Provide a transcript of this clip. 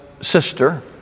sister